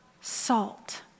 salt